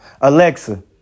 Alexa